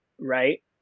right